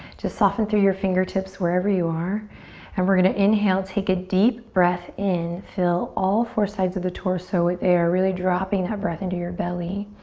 just soften through your fingertips wherever you are and we're gonna inhale. take a deep breath in. fill all four sides of the torso with air. really dropping that breath into your belly.